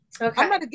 Okay